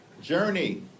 journey